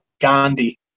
Gandhi